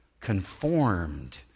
Conformed